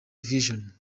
version